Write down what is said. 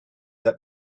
that